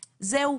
זהו,